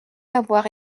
avoir